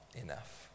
enough